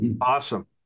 Awesome